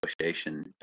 Association